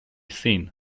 seen